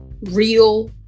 Real